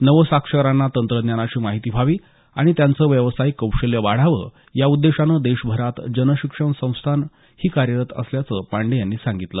नवसाक्षरांना तंत्रज्ञानाची माहिती व्हावी आणि त्यांचं व्यावसायिक कौशल्य वाढावं या उद्देशाने देशभरात जनशिक्षण संस्थान ही कार्यरत असल्याचं पांडे यांनी सांगितलं